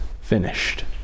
finished